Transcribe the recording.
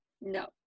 No